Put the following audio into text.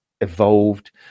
evolved